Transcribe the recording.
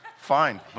fine